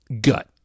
gut